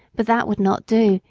but that would not do,